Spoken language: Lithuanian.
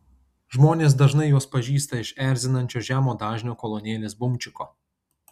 žmonės dažnai juos pažįsta iš erzinančio žemo dažnio kolonėlės bumčiko